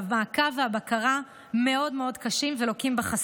והמעקב והבקרה מאוד מאוד קשים ולוקים בחסר.